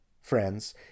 friends